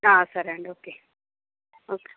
సరే అండి ఒకే